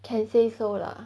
can say so lah